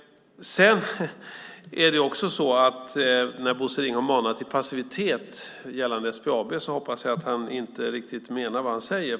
När Bosse Ringholm manar till passivitet gällande SBAB hoppas jag att han inte riktigt menar vad han säger.